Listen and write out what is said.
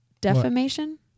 Defamation